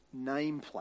nameplate